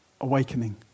awakening